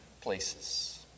places